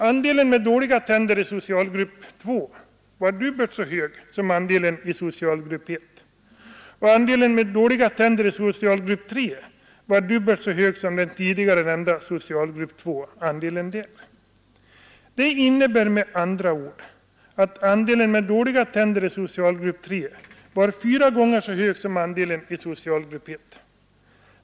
Andelen personer med dåliga tänder i socialgrupp 2 var dubbelt så hög som andelen i socialgrupp 1. Andelen med dåliga tänder i socialgrupp 3 var dubbelt så hög som den tidigare nämnda andelen i socialgrupp 2. Det innebär med andra ord att andelen med dåliga tänder i socialgrupp 3 var fyra gånger så hög som andelen i socialgrupp 1.